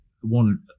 one